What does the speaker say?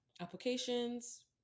applications